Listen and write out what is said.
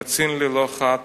קצין ללא חת,